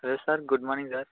hello sir good morning sir